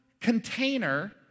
container